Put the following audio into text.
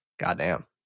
Goddamn